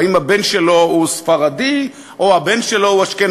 האם הבן שלו הוא ספרדי או אשכנזי.